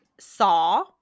Saw